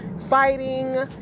fighting